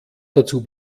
dazu